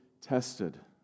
tested